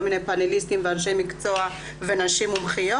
מיני פנליסטים ואנשי מקצוע ונשים מומחיות,